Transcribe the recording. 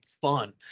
fun